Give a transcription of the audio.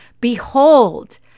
Behold